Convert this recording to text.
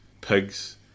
pigs